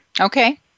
Okay